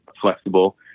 flexible